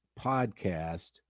podcast